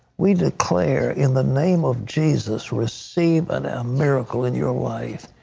we declare in the name of jesus receive and a miracle in your light.